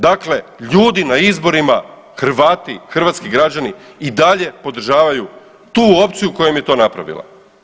Dakle, ljudi na izborima Hrvati, hrvatski građani i dalje podržavaju tu opciju koja im je to napravila.